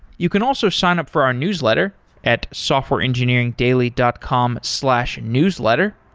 you can also sign up for our newsletter at softwareengineeringdaily dot com slash newsletter.